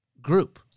group